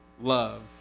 love